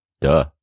Duh